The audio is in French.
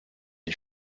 les